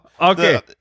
okay